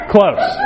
Close